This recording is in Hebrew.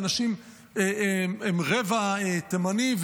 ואנשים הם רבע תימני,